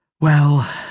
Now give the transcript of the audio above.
Well